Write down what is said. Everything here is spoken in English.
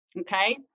okay